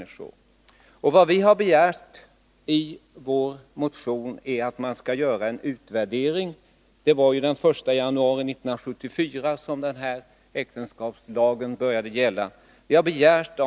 I vår motion har vi begärt att det skall göras en utvärdering. Det var ju den 1 januari 1974 som ändringarna i giftermålsbalken trädde i kraft.